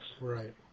Right